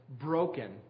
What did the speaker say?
broken